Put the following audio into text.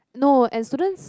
no and students